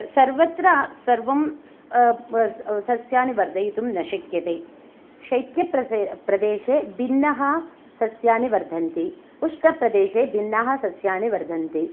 सर्वत्र सर्वं सस्यानि वर्धयितुं न शक्यते शैत्य प्रदेशे भिन्नः सस्यानि वर्धन्ति उष्णप्रदेशे भिन्नाः सस्याणि वर्धन्ति